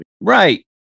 Right